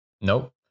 Nope